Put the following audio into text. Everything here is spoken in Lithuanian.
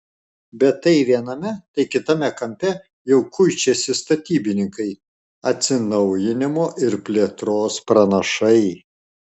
bet tai viename tai kitame kampe jau kuičiasi statybininkai atsinaujinimo ir plėtros pranašai